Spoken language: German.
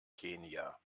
kenia